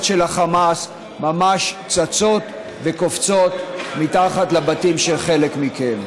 של החמאס ממש צצות וקופצות מתחת לבתים של חלק מכם.